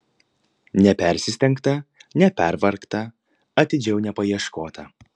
nepersistengta nepervargta atidžiau nepaieškota